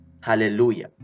hallelujah